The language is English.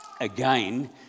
again